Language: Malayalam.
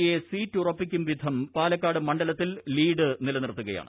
എ സീറ്റുറപ്പിക്കുള് ്ഷിധം പാലക്കാട് മണ്ഡലത്തിൽ ലീഡ് നിലനിർത്തുകയാണ്